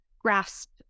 grasp